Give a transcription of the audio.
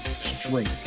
Straight